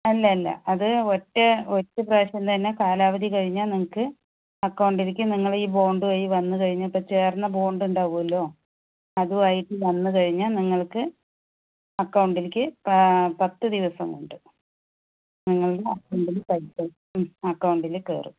അല്ല അല്ല അത് ഒറ്റ ഒറ്റ പ്രാവശ്യം തന്നെ കാലാവധി കഴിഞ്ഞാൽ നിങ്ങൾക്ക് അക്കൗണ്ടിലേക്ക് നിങ്ങളെ ഈ ബോണ്ട് വഴി വന്ന് കഴിഞ്ഞ ചേർന്ന ബോണ്ട് ഉണ്ടാവുല്ലോ അതുമായിട്ട് വന്ന് കഴിഞ്ഞാ നിങ്ങൾക്ക് അക്കൗണ്ടിലേക്ക് പത്ത് ദിവസം കൊണ്ട് നിങ്ങളുടെ അക്കൗണ്ടിൽ പൈസ അക്കൗണ്ടില് കയറും